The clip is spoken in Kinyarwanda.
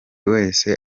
wese